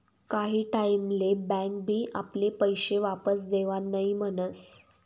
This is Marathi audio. काही टाईम ले बँक बी आपले पैशे वापस देवान नई म्हनस